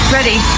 Ready